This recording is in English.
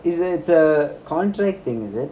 is it's a contract thing is it